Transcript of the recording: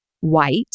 white